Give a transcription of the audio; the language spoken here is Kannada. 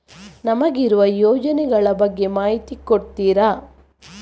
ನಮಗಿರುವ ಯೋಜನೆಗಳ ಬಗ್ಗೆ ಮಾಹಿತಿ ಕೊಡ್ತೀರಾ?